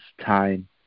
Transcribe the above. time